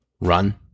Run